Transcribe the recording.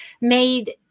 made